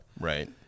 right